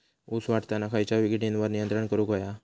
ऊस वाढताना खयच्या किडींवर नियंत्रण करुक व्हया?